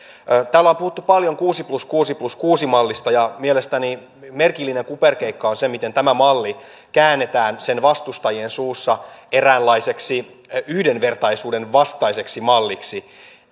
on puhuttu paljon kuusi plus kuusi plus kuusi mallista ja mielestäni merkillinen kuperkeikka on se miten tämä malli käännetään sen vastustajien suussa eräänlaiseksi yhdenvertaisuuden vastaiseksi malliksi